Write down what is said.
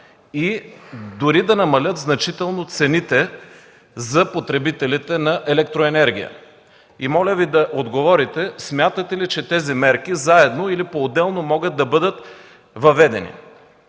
и дори значително да намалят цените за потребителите на електроенергия. Моля Ви да отговорите смятате ли, че тези мерки заедно и поотделно могат да бъдат въведени.